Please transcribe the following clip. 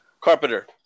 Carpenter